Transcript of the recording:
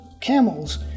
camels